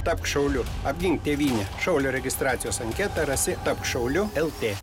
tapk šauliu apgink tėvynę šaulio registracijos anketą rasi tapk šauliu lt